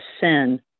sin